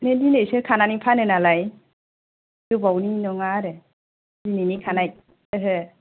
दिनै दिनैसो खानानै फानो नालाय गोबावनि नङा आरो दिनैनि खानाय ओहो